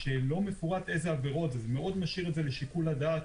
זה איזשהו תיקון רוחבי.